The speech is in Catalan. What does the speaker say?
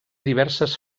diverses